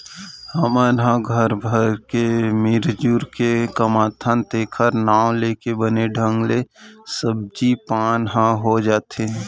हमन ह घर भर के मिरजुर के कमाथन तेखर नांव लेके बने ढंग ले सब्जी पान ह हो जाथे